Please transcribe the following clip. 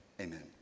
Amen